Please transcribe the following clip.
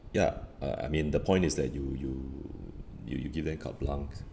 ya uh I mean the point is that you you you you give them carte blanche